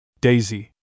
Daisy